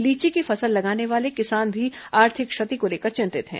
लीची की फसल लगाने वाले किसान भी आर्थिक क्षति को लेकर चिंतित है